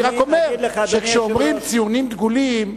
אני רק אומר שכשאומרים ציונים דגולים,